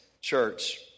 church